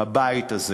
הבית הזה,